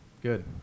Good